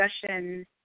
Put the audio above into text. discussion